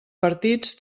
partits